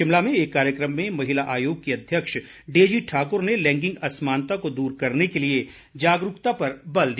शिमला में एक कार्यक्रम में महिला आयोग की अध्यक्ष डेजी ठाकुर ने लैंगिक असमानता को दूर करने के लिए जागरूकता पर बल दिया